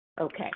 Okay